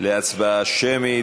להצבעה שמית,